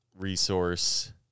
resource